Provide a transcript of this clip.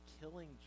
killing